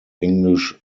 english